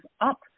up